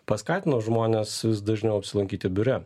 paskatino žmones vis dažniau apsilankyti biure